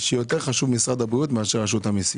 יותר חשוב משרד הבריאות מאשר רשות המיסים.